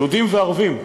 יהודים וערבים.